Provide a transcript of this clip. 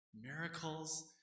miracles